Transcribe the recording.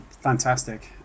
Fantastic